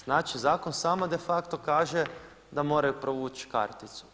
Znači, zakon samo de facto kaže da moraju provući karticu.